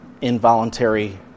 involuntary